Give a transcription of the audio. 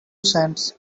cents